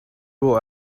will